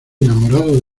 enamorado